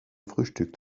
frühstück